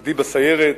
מפקדי בסיירת,